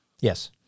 yes